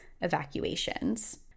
evacuations